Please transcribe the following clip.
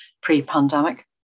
pre-pandemic